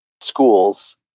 schools